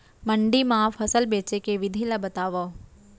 मंडी मा फसल बेचे के विधि ला बतावव?